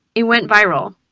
it went viral.